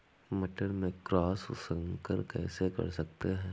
मटर में क्रॉस संकर कैसे कर सकते हैं?